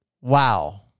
Wow